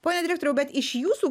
pone direktoriau bet iš jūsų